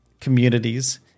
communities